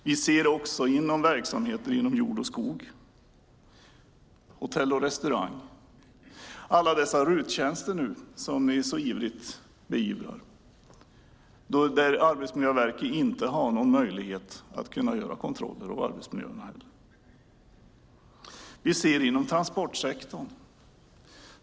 Vi ser det också i verksamheter inom jord och skog, hotell och restaurang. Vi ser det i alla dessa RUT-tjänster som ni nu så ivrigt beivrar. Där har Arbetsmiljöverket inte någon möjlighet att göra kontroller av arbetsmiljöerna. Vi ser det inom transportsektorn.